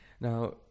now